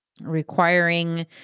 Requiring